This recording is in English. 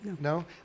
No